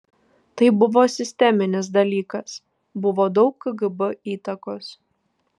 tai buvo sisteminis dalykas buvo daug kgb įtakos